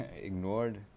ignored